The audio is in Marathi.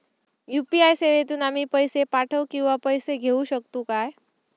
यू.पी.आय सेवेतून आम्ही पैसे पाठव किंवा पैसे घेऊ शकतू काय?